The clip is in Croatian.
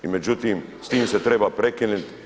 I međutim, s time se treba prekinuti.